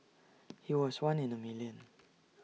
he was one in A million